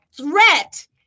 threat